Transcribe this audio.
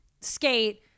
skate